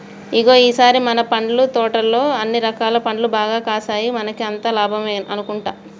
ఇగో ఈ సారి మన పండ్ల తోటలో అన్ని రకాల పండ్లు బాగా కాసాయి మనకి అంతా లాభమే అనుకుంటా